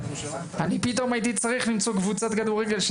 אני פתאום הייתי צריך למצוא קבוצת כדורגל.